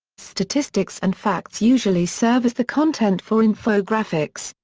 statistics and facts usually serve as the content for infographics,